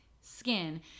skin